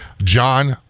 John